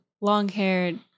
long-haired